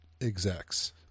execs